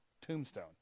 tombstone